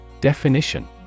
Definition